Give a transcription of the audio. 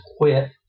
quit